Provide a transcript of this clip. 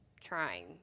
trying